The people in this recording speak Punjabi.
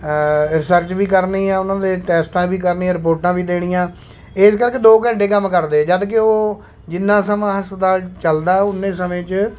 ਰਿਸਰਚ ਵੀ ਕਰਨੀ ਹੈ ਉਹਨਾਂ ਦੇ ਟੈਸਟਾਂ ਵੀ ਕਰਨੀ ਰਿਪੋਰਟਾਂ ਵੀ ਦੇਣੀਆਂ ਇਸ ਕਰਕੇ ਦੋ ਘੰਟੇ ਕੰਮ ਕਰਦੇ ਜਦ ਕਿ ਉਹ ਜਿੰਨਾ ਸਮਾਂ ਹਸਪਤਾਲ ਚੱਲਦਾ ਉੱਨੇ ਸਮੇਂ 'ਚ